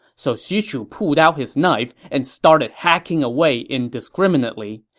so xu chu pulled out his knife and started hacking away indiscriminately,